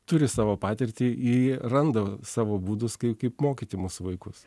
turi savo patirtį į randa savo būdus kaip kaip mokyti mūsų vaikus